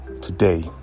today